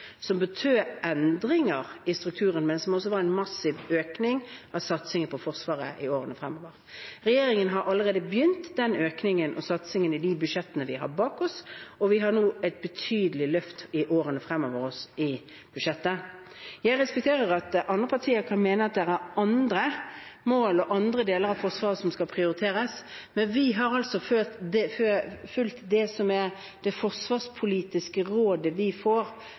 som betød endringer i strukturene, men som også var en massiv økning av satsingen på Forsvaret i årene fremover. Regjeringen har allerede begynt den økningen og satsingen i de budsjettene vi har bak oss, og vi har nå et betydelig løft i budsjettet i årene fremover. Jeg respekterer at andre partier kan mene at det er andre mål og andre deler av Forsvaret som skal prioriteres, men vi har fulgt det